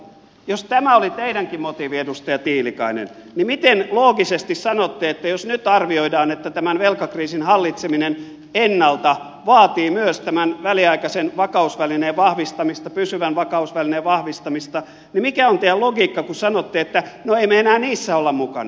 jos tämä oli teidänkin motiivinne edustaja tiilikainen niin jos nyt arvioidaan että tämän velkakriisin hallitseminen ennalta vaatii myös tämän väliaikaisen vakausvälineen vahvistamista pysyvän vakausvälineen vahvistamista niin mikä on teidän logiikkanne kun sanotte että no ei me enää niissä olla mukana